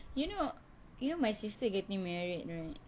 you know you know my sister getting married right